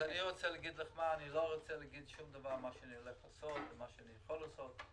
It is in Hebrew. אני לא רוצה להגיד שום דבר על מה שאני הולך לעשות ומה שאני יכול לעשות.